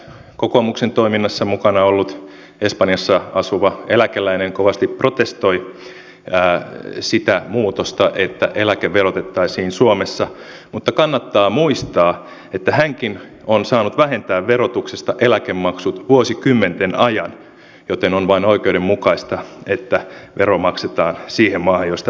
eräs kokoomuksen toiminnassa mukana ollut espanjassa asuva eläkeläinen kovasti protestoi sitä muutosta että eläke verotettaisiin suomessa mutta kannattaa muistaa että hänkin on saanut vähentää verotuksesta eläkemaksut vuosikymmenten ajan joten on vain oikeudenmukaista että vero maksetaan siihen maahan jossa vähennykset on tehty